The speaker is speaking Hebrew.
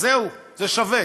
אז זהו, זה שווה.